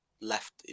left